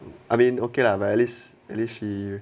I mean okay lah but at least she